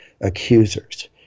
accusers